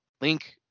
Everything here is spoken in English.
link